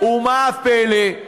אתם העברתם את התקציבים האלה כל השנה,